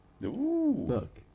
Look